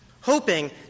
hoping